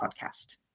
Podcast